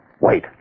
Wait